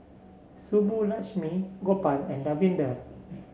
Subbulakshmi Gopal and Davinder